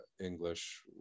English